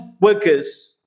workers